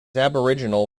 aboriginal